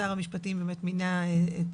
שר המשפטים באמת מינה את